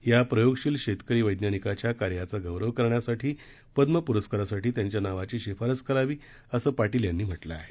या प्रयोगशील शेतकरी वैज्ञानिकाच्या कार्याचा गौरव करण्यासाठी पद्म पुरस्कारासाठी त्यांच्या नावाची शिफारस करावी असं पार्टील यांनी म्हा में आहे